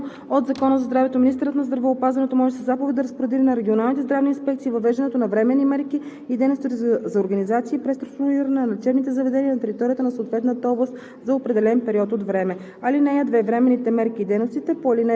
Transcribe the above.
поради епидемично разпространение на заразна болест по чл. 61, ал. 1 от Закона за здравето министърът на здравеопазването може със заповед да разпореди на регионалните здравни инспекции въвеждането на временни мерки и дейности за организация и преструктуриране на лечебните заведения на територията на съответната област